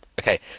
Okay